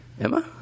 Emma